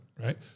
Right